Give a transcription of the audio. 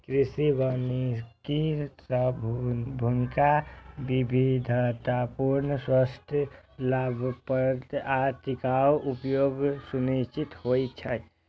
कृषि वानिकी सं भूमिक विविधतापूर्ण, स्वस्थ, लाभप्रद आ टिकाउ उपयोग सुनिश्चित होइ छै